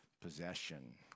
possession